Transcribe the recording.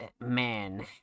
man